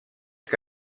que